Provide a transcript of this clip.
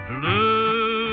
Blue